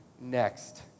Next